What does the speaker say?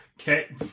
Okay